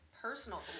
personal